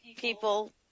people